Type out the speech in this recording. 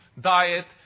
diet